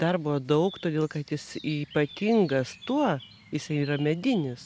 darbo daug todėl kad jis ypatingas tuo jisai yra medinis